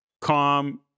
calm